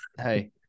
Hey